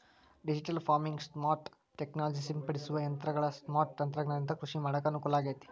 digital farming, smart technology ಸಿಂಪಡಿಸುವ ಯಂತ್ರಗಳ smart ತಂತ್ರಜ್ಞಾನದಿಂದ ಕೃಷಿ ಮಾಡಾಕ ಅನುಕೂಲಾಗೇತಿ